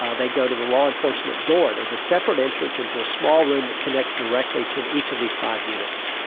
ah they go to the law enforcement door. there is a separate entrance into a small room that connects directly to each of these five units.